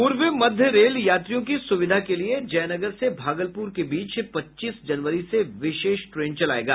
पूर्व मध्य रेल यात्रियों की सुविधा के लिए जयनगर से भागलपुर के बीच पच्चीस जनवरी से विशेष ट्रेन चलाएगा